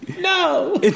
no